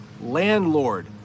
Landlord